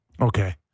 Okay